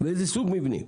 ואיזה סוג מבנים,